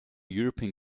european